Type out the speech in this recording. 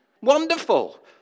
Wonderful